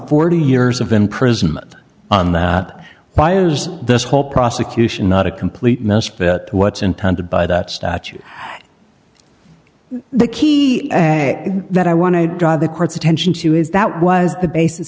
forty years of imprisonment on that byers this whole prosecution not a complete misfit what's intended by that statute the key that i want to draw the court's attention to is that was the basis